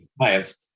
science